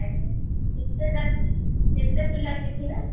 ଆଜ୍ଞା କେତେଟା କେତେ ପିଲା ଶିଖିବେ